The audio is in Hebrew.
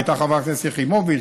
הייתה חברת הכנסת יחימוביץ,